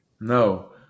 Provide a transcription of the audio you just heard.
No